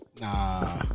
Nah